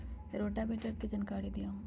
Rotavator के जानकारी दिआउ?